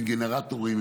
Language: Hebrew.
עם גנרטורים,